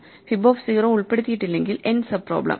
fib of 0 ഉൾപ്പെടുത്തിയിട്ടില്ലെങ്കിൽ N sub problem